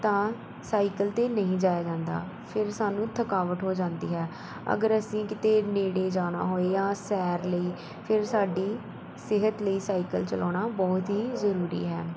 ਤਾਂ ਸਾਈਕਲ 'ਤੇ ਨਹੀਂ ਜਾਇਆ ਜਾਂਦਾ ਫਿਰ ਸਾਨੂੰ ਥਕਾਵਟ ਹੋ ਜਾਂਦੀ ਹੈ ਅਗਰ ਅਸੀਂ ਕਿਤੇ ਨੇੜੇ ਜਾਣਾ ਹੋਏ ਜਾਂ ਸੈਰ ਲਈ ਫਿਰ ਸਾਡੀ ਸਿਹਤ ਲਈ ਸਾਈਕਲ ਚਲਾਉਣਾ ਬਹੁਤ ਹੀ ਜ਼ਰੂਰੀ ਹੈ